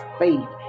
faith